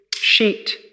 sheet